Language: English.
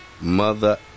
mother